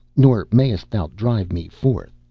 nor mayest thou drive me forth.